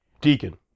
Deacon